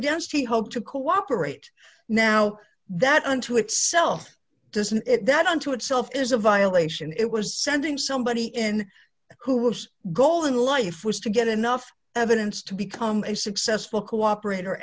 against he hoped to cooperate now that unto itself doesn't that unto itself is a violation it was sending somebody in who was goal in life was to get enough evidence to become a successful cooperat